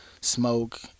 smoke